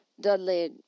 Dudley